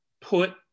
put